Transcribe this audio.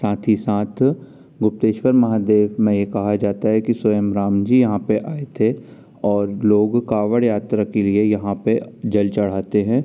साथ ही साथ गुप्तेश्वर महादेव में ये कहा जाता है कि स्वयं राम जी यहाँ पे आए थे और लोग कांवर यात्रा के लिए यहाँ पे जल चढ़ाते हैं